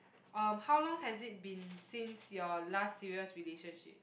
um how long has it been since your last serious relationship